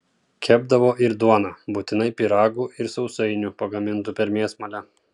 kepdavo ir duoną būtinai pyragų ir sausainių pagamintų per mėsmalę